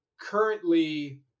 currently